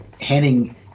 handing